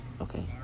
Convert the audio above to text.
Okay